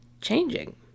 changing